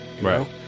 right